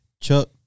Chuck